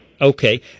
Okay